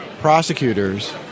prosecutors